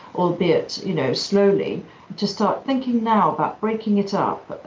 albeit you know slowly to start thinking now about breaking it up,